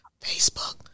Facebook